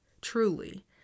truly